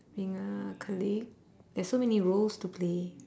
being a colleague there's so many roles to play